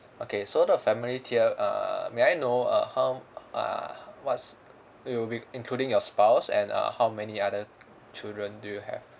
okay so the family tier err may I know uh how uh what's it will be including your spouse and uh how many other children do you have